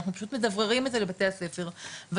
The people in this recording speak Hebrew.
אנחנו פשוט מדווררים את זה לבתי הספר והדבר